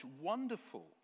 wonderful